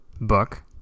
book